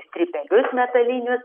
strypelius metalinius